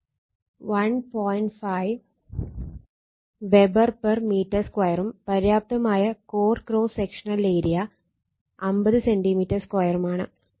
5 Wb m 2 ഉം പര്യാപ്തമായ core cross sectional area 50 cm2 ആണ്